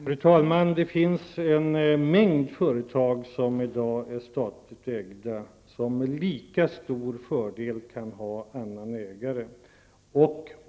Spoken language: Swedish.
Fru talman! Det finns en mängd företag som i dag är statligt ägda som med lika stor fördel kan ha annan ägare.